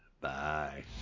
bye